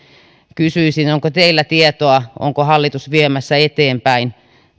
kysyisin jos pystytte vastaamaan onko teillä tietoa onko hallitus viemässä eteenpäin